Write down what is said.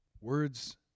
Words